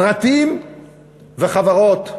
פרטים וחברות.